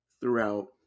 throughout